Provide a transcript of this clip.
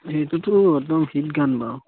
এইটোতো একদম হিট গান বাৰু